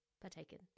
partaken